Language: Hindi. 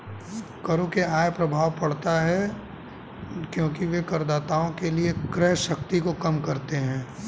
करों से आय प्रभाव पड़ता है क्योंकि वे करदाताओं के लिए क्रय शक्ति को कम करते हैं